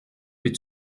peux